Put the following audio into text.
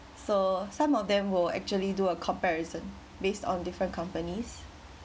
so some of them will actually do a comparison based on different companies